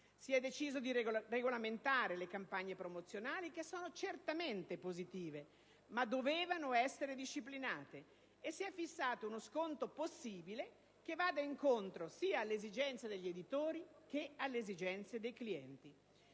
Si è deciso di regolamentare le campagne promozionali che sono certamente positive, ma dovevano essere disciplinate, e si è fissato uno sconto possibile che vada incontro alle esigenze sia degli editori che dei clienti.